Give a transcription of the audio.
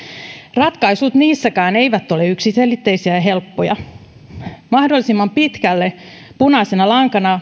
ratkaisut niissäkään eivät ole yksiselitteisiä ja helppoja mahdollisimman pitkälle punaisena lankana